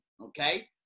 okay